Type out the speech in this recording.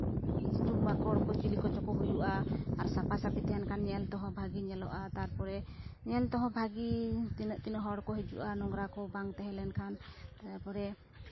ᱛᱤᱡᱩ ᱢᱟᱠᱚᱲ ᱠᱚ ᱪᱤᱞᱤ ᱠᱚᱪᱚ ᱠᱚ ᱦᱩᱭᱩᱜᱼᱟ ᱥᱟᱯᱟ ᱥᱟᱯᱤ ᱛᱟᱦᱮᱱ ᱠᱷᱟᱱ ᱧᱮᱞ ᱛᱮᱦᱚᱸ ᱵᱷᱟᱜᱮ ᱧᱮᱞᱚᱜᱼᱟ ᱛᱟᱨᱯᱚᱨᱮ ᱧᱮᱞ ᱛᱮᱦᱚᱸ ᱵᱷᱟᱜᱮ ᱛᱤᱱᱟᱹᱜ ᱛᱤᱱᱟᱹᱜ ᱦᱚᱲᱠᱚ ᱦᱤᱡᱩᱜᱼᱟ ᱱᱚᱝᱨᱟ ᱠᱚ ᱵᱟᱝ ᱛᱟᱦᱮᱞᱮᱱᱠᱷᱟᱱ ᱛᱟᱨᱯᱚᱨᱮ